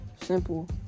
simple